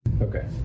Okay